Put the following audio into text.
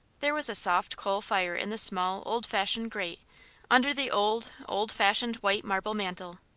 there was a soft-coal fire in the small, old-fashioned grate under the old, old-fashioned white marble mantel.